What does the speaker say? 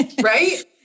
Right